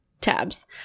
Tabs